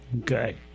okay